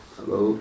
Hello